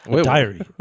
Diary